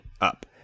up